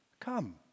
come